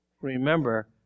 remember